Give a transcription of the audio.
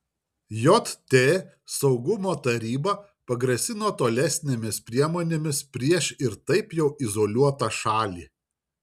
jt saugumo taryba pagrasino tolesnėmis priemonėmis prieš ir taip jau izoliuotą šalį